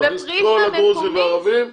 נכניס את כל הדרוזים לערבים,